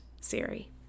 Siri